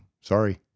sorry